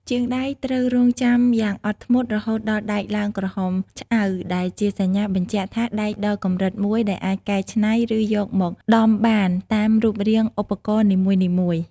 ជាងដែកត្រូវរង់ចាំយ៉ាងអត់ធ្មត់ រហូតដល់ដែកឡើងក្រហមឆ្អៅ ដែលជាសញ្ញាបញ្ជាក់ថាដែកដល់កម្រិតមួយដែលអាចកែច្នៃ ឬយកមកដំបានតាមរូបរាងឧបករណ៍នីមួយៗ។